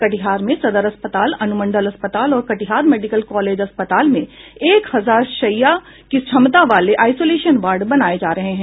कटिहार में सदर अस्पताल अनुमंडल अस्पताल और कटिहार मेडिकल कॉलेज अस्पताल में एक हजार शैय़या की क्षमता वाले आइसोलेशन वार्ड बनाये जा रहे हैं